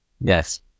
Yes